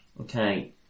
Okay